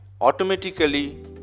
automatically